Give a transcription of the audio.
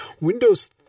Windows